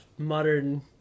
Modern